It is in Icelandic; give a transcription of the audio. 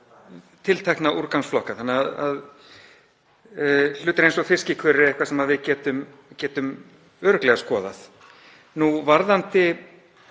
Hlutir eins og fiskikör er eitthvað sem við getum örugglega skoðað. Varðandi